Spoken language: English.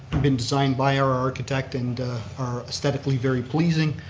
been designed by our architect and are aesthetically very pleasing.